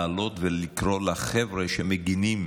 לעלות ולקרוא לחבר'ה שמגינים